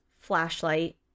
flashlight